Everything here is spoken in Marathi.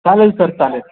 चालेल सर चालेल